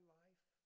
life